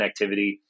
connectivity